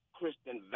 Christian